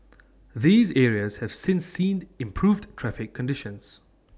these areas have since seen improved traffic conditions